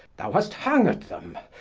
thou hast hang'd them,